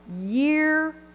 year